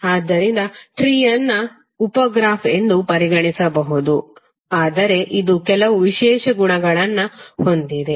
ಆದ್ದರಿಂದ ಟ್ರೀ ಯನ್ನು ಉಪ ಗ್ರಾಫ್ ಎಂದೂ ಪರಿಗಣಿಸಬಹುದು ಆದರೆ ಇದು ಕೆಲವು ವಿಶೇಷ ಗುಣಗಳನ್ನು ಹೊಂದಿದೆ